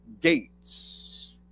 gates